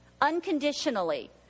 unconditionally